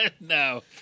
No